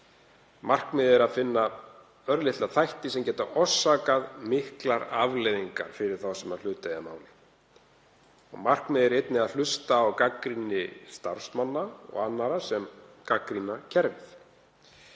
Markmiðið er að finna örlitla þætti sem geta haft miklar afleiðingar fyrir þá sem hlut eiga að máli. Markmiðið er einnig að hlusta á gagnrýni starfsmanna og annarra sem gagnrýna kerfið.